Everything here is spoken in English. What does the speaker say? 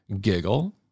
giggle